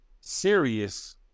serious